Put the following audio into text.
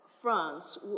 France